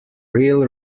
real